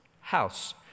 house